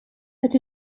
het